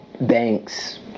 banks